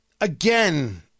Again